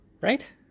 Right